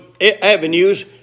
avenues